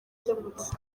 cyakemutse